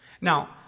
Now